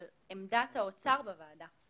על עמדתו שלא לשנות את שיעור ההיטל,